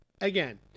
again